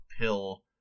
pill